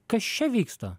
kas čia vyksta